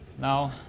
Now